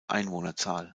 einwohnerzahl